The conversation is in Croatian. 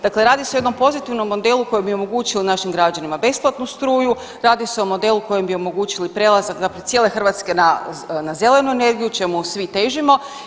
Dakle, radi se o jednom pozitivnom modelu koji bi omogućio našim građanima besplatnu struju, radi se o modelu kojim bi omogućili prelazak cijele Hrvatske na zelenu energiju čemu svi težimo.